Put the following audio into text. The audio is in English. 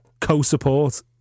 co-support